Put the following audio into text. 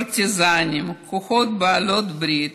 פרטיזנים וכוחות בעלות הברית,